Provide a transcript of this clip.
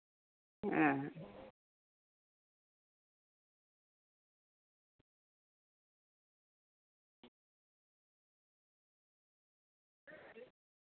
ᱦᱮᱸ